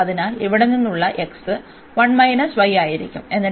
അതിനാൽ ഇവിടെ നിന്നുള്ള x ആയിരിക്കും